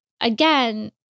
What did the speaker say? again